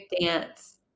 dance